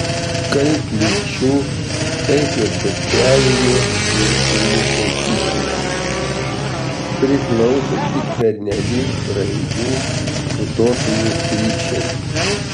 kaip lyčių taip ir socialinių skirtumų naikinimas priklauso tik pernelyg brangių utopijų sričiai